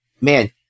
man